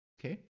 Okay